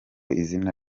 izina